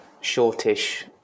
shortish